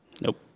Nope